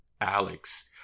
alex